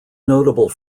notable